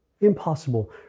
Impossible